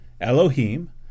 Elohim